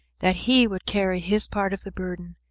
that he would carry his part of the burden,